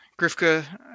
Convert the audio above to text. Grifka